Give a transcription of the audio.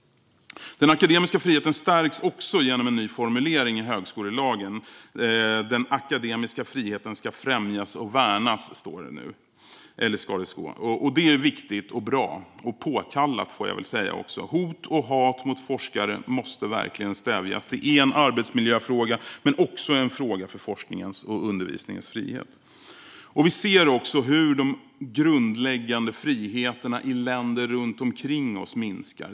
Den akademiska friheten stärks också genom en ny formulering i högskolelagen: Det ska stå att "den akademiska friheten ska främjas och värnas". Det är viktigt och bra - och påkallat, får jag väl också säga. Hot och hat mot forskare måste verkligen stävjas. Det är en arbetsmiljöfråga men också en fråga för forskningens och undervisningens frihet. Vi ser även att de grundläggande friheterna i länder runt omkring oss minskar.